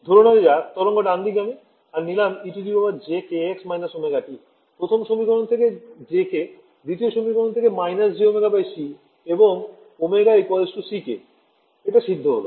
ধরে নেওয়া যাক তরঙ্গ ডানদিক গামী আমি নিলাম ejkx−ωt প্রথম সমীকরণ থেকে jk দ্বিতীয় সমীকরণ থেকে − jωc এবং ω ck এটা সিদ্ধ হল